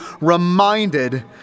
reminded